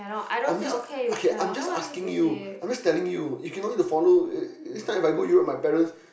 I'm just okay I'm just asking you I'm just telling you you can no need to follow next time if I go Europe with my parents